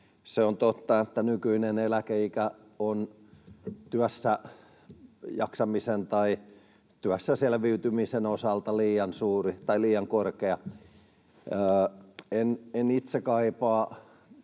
Se on totta, että nykyinen eläkeikä on työssä jaksamisen tai työssä selviytymisen osalta liian korkea. En itse kaipaa